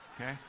Okay